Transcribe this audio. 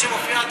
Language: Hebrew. שמופיעה,